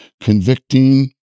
convicting